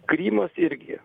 krymas irgi